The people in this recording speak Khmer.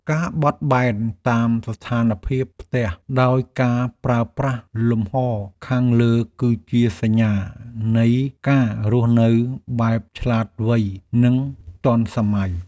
ការបត់បែនតាមស្ថានភាពផ្ទះដោយការប្រើប្រាស់លំហរខាងលើគឺជាសញ្ញានៃការរស់នៅបែបឆ្លាតវៃនិងទាន់សម័យ។